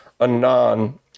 anon